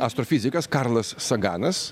astrofizikas karlas saganas